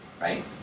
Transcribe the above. right